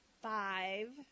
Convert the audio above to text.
Five